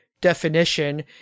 definition